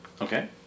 Okay